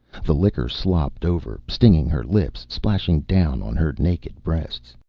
the liquor slopped over, stinging her lips, splashing down on her naked breasts.